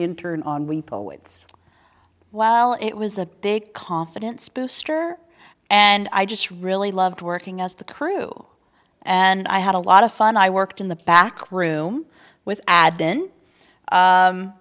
intern on we poets while it was a big confidence booster and i just really loved working as the crew and i had a lot of fun i worked in the back room with a